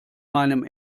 meinem